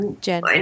Jen